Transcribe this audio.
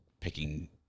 picking